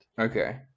Okay